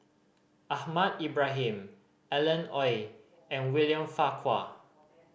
Ahmad Ibrahim Alan Oei and William Farquhar